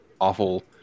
awful